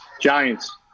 Giants